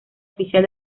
oficial